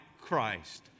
Christ